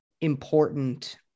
important